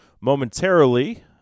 momentarily